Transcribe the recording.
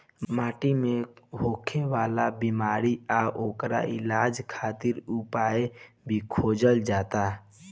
माटी मे होखे वाला बिमारी आ ओकर इलाज खातिर उपाय भी खोजल जाता